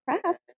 craft